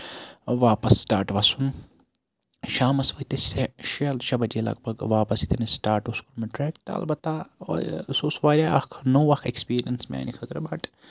واپَس سٹاٹ وَسُن شامَس وٲتۍ أسۍ شےٚ بَجے لگ بگ واپَس ییٚتین اَسہِ سٔٹاٹ اوس کوٚرمُت ٹریک تہٕ اَلبتہ سُہ اوس واریاہ اکھ نوٚو اکھ اٮ۪کٕسپِرینٕس میانہِ خٲطرٕ بٹ